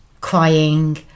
crying